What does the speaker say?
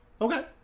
Okay